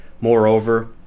Moreover